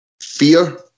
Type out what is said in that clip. fear